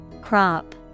Crop